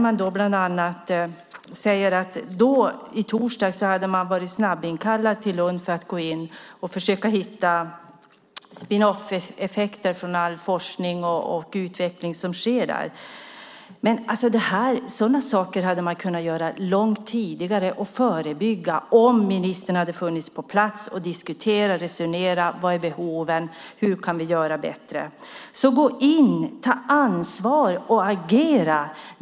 Industrifonden hade blivit snabbinkallad till Lund för att hitta spin-off-effekter från all forskning och utveckling som sker där. Sådana saker hade kunnat göras långt tidigare och verka förebyggande om ministern hade diskuterat och resonerat om vilka behov som finns och vad som kan göras bättre. Gå in, ta ansvar och agera.